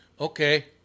Okay